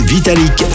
Vitalik